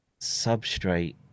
substrate